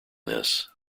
this